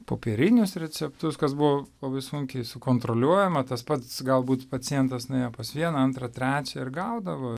popierinius receptus kas buvo labai sunkiai sukontroliuojama tas pats galbūt pacientas nuėjo pas vieną antrą trečią ir gaudavo